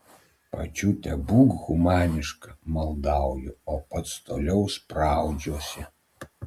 pačiute būk humaniška maldauju o pats toliau spraudžiuosi